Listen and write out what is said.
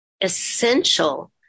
essential